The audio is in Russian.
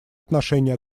отношении